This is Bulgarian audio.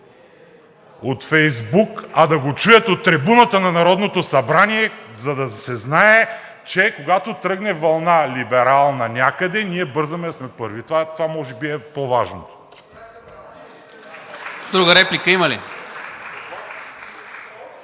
от Фейсбук, а да го чуят от трибуната на Народното събрание, за да се знае, че когато тръгне вълна – либерална, някъде, ние бързаме да сме първи. Това може би е по-важното.